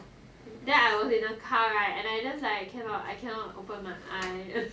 then I was in a car right and I just like I cannot I cannot open my eyes